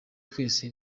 twese